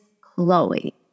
Chloe